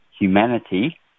humanity